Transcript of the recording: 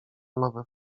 nowe